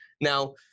Now